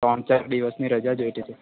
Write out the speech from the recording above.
ત્રણ ચાર દિવસની રજા જોઈતી હતી